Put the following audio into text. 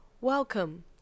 Welcome